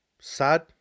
Sad